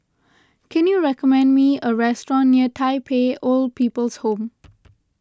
can you recommend me a restaurant near Tai Pei Old People's Home